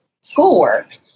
schoolwork